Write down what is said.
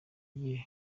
ugiye